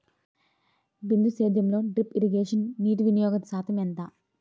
బిందు సేద్యంలో drip irrigation నీటివినియోగ శాతం ఎంత?